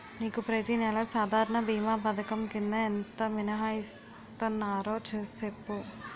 నీకు ప్రతి నెల సాధారణ భీమా పధకం కింద ఎంత మినహాయిస్తన్నారో సెప్పు